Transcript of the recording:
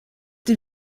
dem